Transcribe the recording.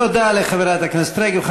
תודה לחברת הכנסת רגב.